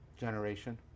generation